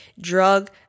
Drug